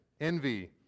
envy